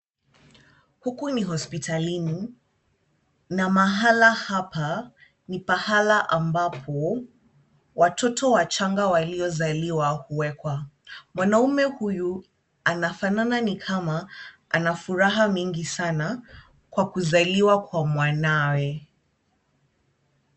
Huku ni hospitalini na mahala hapa ni pahala ambapo watoto wachanga waliozaliwa huwekwa. Mwanaume huyu anafanana ni kama ana furaha mingi sana kwa kuzaliwa kwa mwanawe.